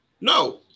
no